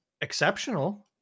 exceptional